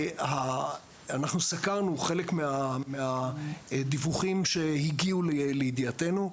אנחנו סקרנו חלק מהדיווחים שהגיעו לידיעתנו,